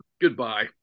goodbye